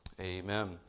Amen